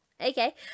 okay